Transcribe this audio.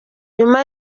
nyuma